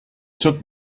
took